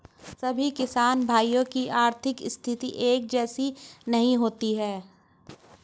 सभी किसान भाइयों की आर्थिक स्थिति एक जैसी नहीं होती है